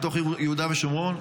לתוך יהודה ושומרון.